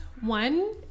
One